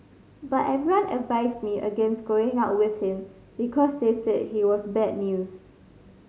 but everyone advised me against going out with him because they said he was bad news